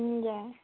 हजुर